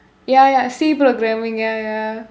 ya ya C programming ya ya